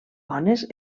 bones